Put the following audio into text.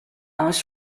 oes